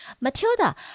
Matilda